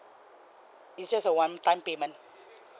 it's just a one-time payment